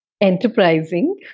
Enterprising